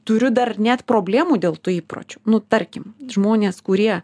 turiu dar net problemų dėl tų įpročių nu tarkime žmonės kurie